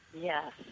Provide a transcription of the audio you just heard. yes